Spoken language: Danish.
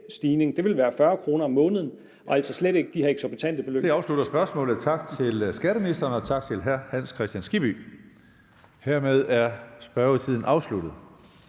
vil være 40 kr. om måneden og altså slet ikke de her eksorbitante beløb. Kl. 16:08 Tredje næstformand (Karsten Hønge): Det afslutter spørgsmålet. Tak til skatteministeren, og tak til hr. Hans Kristian Skibby. Hermed er spørgetiden afsluttet.